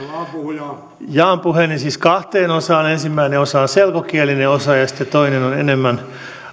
puhujaa jaan puheeni siis kahteen osaan ensimmäinen osa on selkokielinen osa ja sitten toinen on enemmän